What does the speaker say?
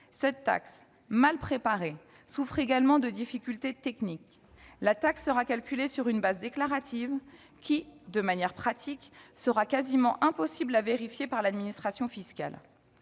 cette taxe mal préparée souffre également de difficultés techniques : la taxe sera calculée sur une base déclarative, qui, de manière pratique, sera quasiment impossible à vérifier pour l'administration fiscale.